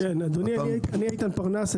אדוני, אני איתן פרנס.